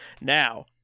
Now